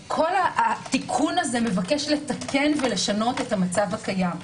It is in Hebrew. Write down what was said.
כל התיקון הזה מבקש לשנות ולתקן את המצב הקיים,